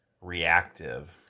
reactive